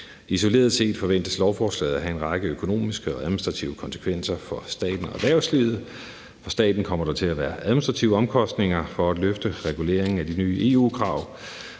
Isoleret set forventes lovforslaget at have en række økonomiske og administrative konsekvenser for staten og erhvervslivet. For staten kommer der til at være administrative omkostninger til at løfte reguleringen af de nye EU-krav.